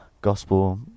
gospel